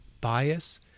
bias